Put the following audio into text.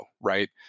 right